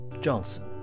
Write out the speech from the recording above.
Johnson